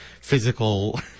physical